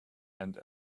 and